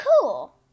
Cool